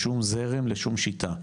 לשום זרם, לשום שיטה,